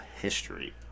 history